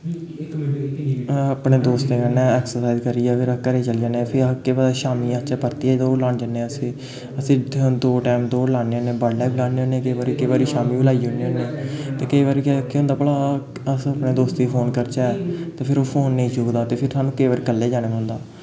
अपने दोस्तें कन्नै ऐक्सर्साइज करियै फिर अस घरै गी चली जन्नें फिर केह् पता शामीं आचै परतियै दौड़ लान जन्नें अस फ्ही अस इत्थै दो टैम दौड़ लान्ने होन्नें बडलै बी लान्ने होन्नें केईं बारी केईं बारी शामीं बी लाई औन्ने होन्नें ते केईं बारी केह् केह् होंदा भला अस अपनें दोस्त गी फोन करचै ते फिर ओह् फोन नेईं चुकदा ते फिर थुहानूं कल्ले जाना पौंदा